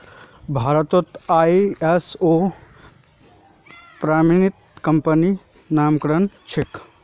भारतत आई.एस.ओ प्रमाणित कंपनी नाममात्रेर छेक